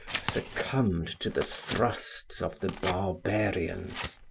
succumbed to the thrusts of the barbarians.